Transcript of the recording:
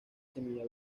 semilla